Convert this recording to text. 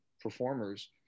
performers